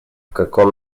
каком